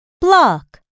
Block